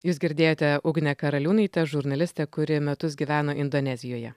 jūs girdėjote ugnę karaliūnaitę žurnalistę kuri metus gyveno indonezijoje